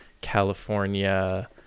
California